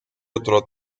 otro